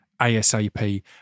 ASAP